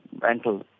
rental